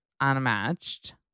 unmatched